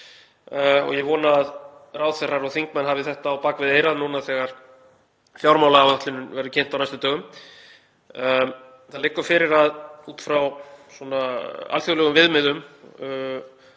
Ég vona að ráðherrar og þingmenn hafi þetta á bak við eyrað núna þegar fjármálaáætlunin verður kynnt á næstu dögum. Það liggur fyrir að í alþjóðlegum viðmiðum,